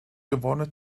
gewordene